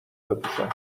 بپوشم